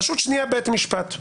רשות שנייה בית המשפט.